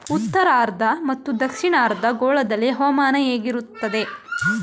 ಉತ್ತರಾರ್ಧ ಮತ್ತು ದಕ್ಷಿಣಾರ್ಧ ಗೋಳದಲ್ಲಿ ಹವಾಮಾನ ಹೇಗಿರುತ್ತದೆ?